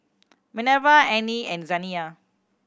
Minerva Arnie and Zaniyah